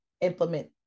implement